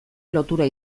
lotura